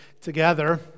together